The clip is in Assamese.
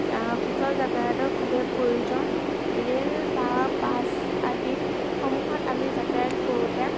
সুচল যাতায়তৰ খুবেই প্ৰয়োজন ৰেল বা বাছ আদিসমূহত আমি যাতায়ত কৰোঁতে